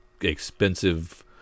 expensive